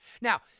Now